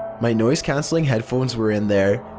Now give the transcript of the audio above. my noise cancelling headphones were in there.